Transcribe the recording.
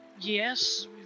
Yes